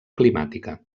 climàtica